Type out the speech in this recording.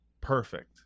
perfect